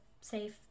safe